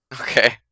Okay